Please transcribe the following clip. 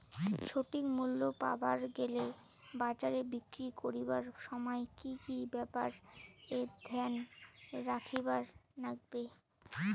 সঠিক মূল্য পাবার গেলে বাজারে বিক্রি করিবার সময় কি কি ব্যাপার এ ধ্যান রাখিবার লাগবে?